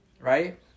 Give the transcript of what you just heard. Right